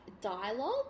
dialogue